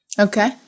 Okay